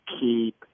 Keep